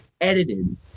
edited